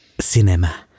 Cinema